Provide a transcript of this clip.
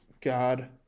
God